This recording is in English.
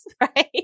right